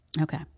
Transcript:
Okay